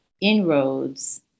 inroads